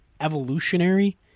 Evolutionary